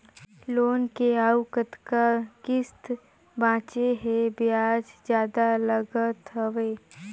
Loan के अउ कतका किस्त बांचें हे? ब्याज जादा लागत हवय,